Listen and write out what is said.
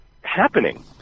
happening